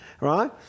right